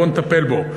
בואו נטפל בו.